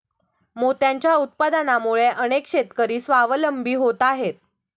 मोत्यांच्या उत्पादनामुळे अनेक शेतकरी स्वावलंबी होत आहेत